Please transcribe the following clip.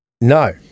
No